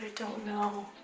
don't know.